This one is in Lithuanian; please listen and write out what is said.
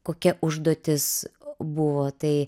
kokia užduotis buvo tai